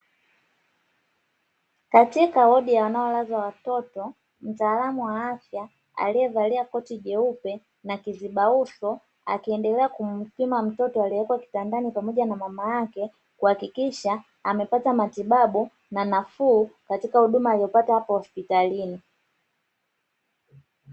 Katika wodi wanayolazwa watoto, mtaalam wa afya alievalia koti jeupe na kiziba uso, akiendelea kumpima mtoto aliyepo kitandani pamoja na mama yake kuhakikisha amepata matibabu na nafuu katika huduma aliyopata hapo hospitalini.